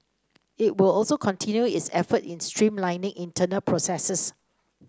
it will also continue its efforts in streamlining internal processes